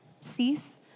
cease